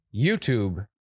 YouTube